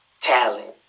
talent